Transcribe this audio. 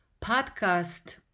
podcast